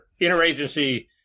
interagency